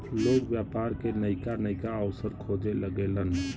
लोग व्यापार के नइका नइका अवसर खोजे लगेलन